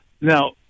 Now